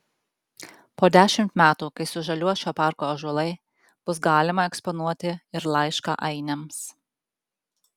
po dešimt metų kai sužaliuos šio parko ąžuolai bus galima eksponuoti ir laišką ainiams